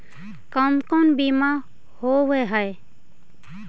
कोन कोन बिमा होवय है?